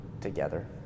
together